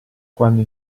quando